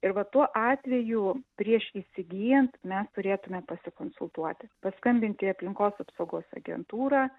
ir va tuo atveju prieš įsigyjant mes turėtume pasikonsultuoti paskambint į aplinkos apsaugos agentūrą